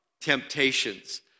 temptations